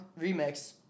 remix